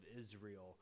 Israel